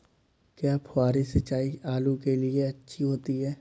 क्या फुहारी सिंचाई आलू के लिए अच्छी होती है?